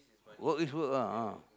work is work ah ah